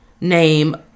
name